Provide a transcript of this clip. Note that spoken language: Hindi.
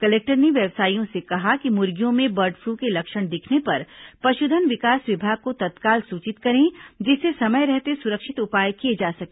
कलेक्टर ने व्यवसायियों से कहा कि मुर्गियों में बर्ड फ्लू के लक्षण दिखने पर पशुधन विकास विभाग को तत्काल सूचित करें जिससे समय रहते सुरक्षित उपाय किए जा सके